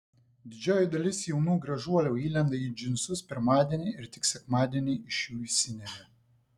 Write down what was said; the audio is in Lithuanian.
didžioji dalis jaunų gražuolių įlenda į džinsus pirmadienį ir tik sekmadienį iš jų išsineria